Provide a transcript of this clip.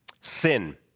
sin